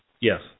Yes